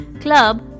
club